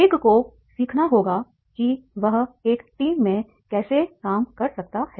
एक को सीखना होगा कि वह एक टीम में कैसे काम कर सकता है